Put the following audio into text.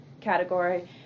category